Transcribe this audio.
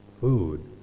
food